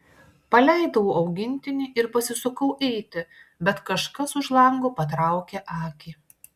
paleidau augintinį ir pasisukau eiti bet kažkas už lango patraukė akį